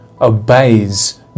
obeys